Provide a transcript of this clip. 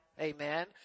Amen